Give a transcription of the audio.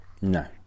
No